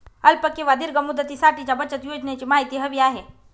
अल्प किंवा दीर्घ मुदतीसाठीच्या बचत योजनेची माहिती हवी आहे